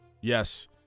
yes